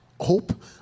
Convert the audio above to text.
hope